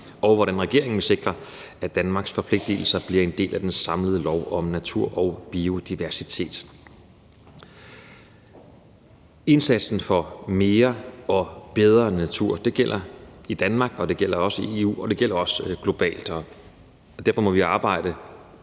og hvordan regeringen vil sikre, at Danmarks forpligtigelser bliver en del af den samlede lov om natur og biodiversitet. Indsatsen for mere og bedre natur gælder i Danmark, i EU og også globalt, og derfor må vi arbejde